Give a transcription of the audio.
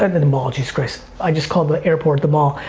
and the the mall, jesus christ. i just called the airport the mall.